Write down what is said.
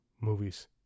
movies